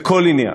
בכל עניין.